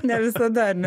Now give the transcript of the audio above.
nevisada ar ne